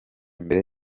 mbere